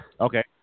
Okay